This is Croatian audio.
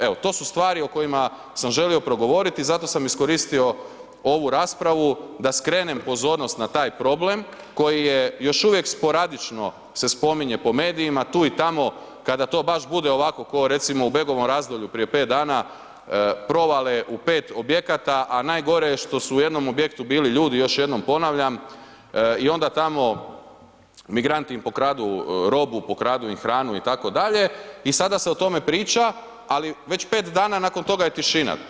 Evo to su stvari o kojima sam želio progovoriti, zato sam iskoristio ovu raspravu da skrenem pozornost na taj problem koji je još uvijek sporadično se spominje po medijima, tu i tamo kada to baš bude ovako kao recimo u Begovom razdolju prije 5 dana, provale u 5 objekata a najgore što su u jednom objektu bili ljudi još jednom ponavljam i onda tamo migranti im pokradu robu, pokradu im hranu itd., i sada se o tome priča ali već 5 dana nakon toga je tišina.